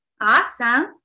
Awesome